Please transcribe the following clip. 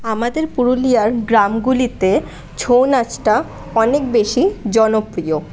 আমাদের পুরুলিয়ার গ্রামগুলিতে ছৌ নাচটা অনেক বেশি জনপ্রিয়